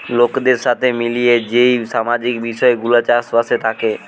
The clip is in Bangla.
লোকদের সাথে মিলিয়ে যেই সামাজিক বিষয় গুলা চাষ বাসে থাকে